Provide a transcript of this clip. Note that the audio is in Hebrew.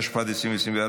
התשפ"ד 2024,